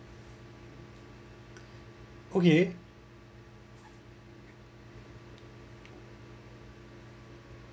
okay